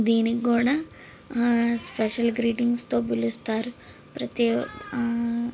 దీనికి కూడా స్పెషల్ గ్రీటింగ్స్తో పిలుస్తారు ప్రతి